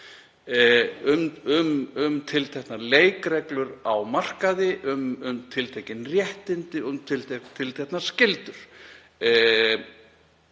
um tilteknar leikreglur á markaði, um tiltekin réttindi og um tilteknar skyldur.